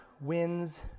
wins